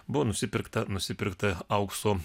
buvo nusipirkta nusipirkta aukso